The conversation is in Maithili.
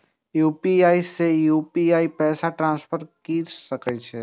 यू.पी.आई से यू.पी.आई पैसा ट्रांसफर की सके छी?